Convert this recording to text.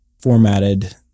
formatted